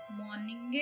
morning